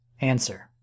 Answer